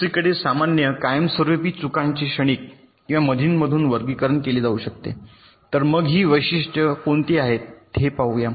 दुसरीकडे सामान्य कायमस्वरूपी चुकांचे क्षणिक किंवा मधूनमधून वर्गीकरण केले जाऊ शकते तर मग ही वैशिष्ट्ये कोणती आहेत हे पाहूया